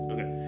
Okay